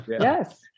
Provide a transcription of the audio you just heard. yes